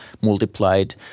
multiplied